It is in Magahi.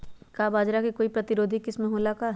का बाजरा के कोई प्रतिरोधी किस्म हो ला का?